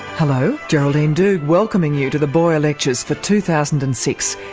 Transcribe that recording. hello. geraldine doogue welcoming you to the boyer lectures for two thousand and six,